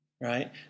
right